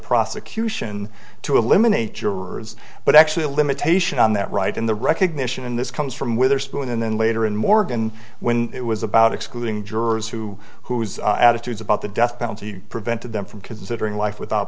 prosecution to eliminate jurors but actually a limitation on that right in the recognition and this comes from witherspoon then later in morgan when it was about excluding jurors who whose attitudes about the death penalty prevented them from considering life without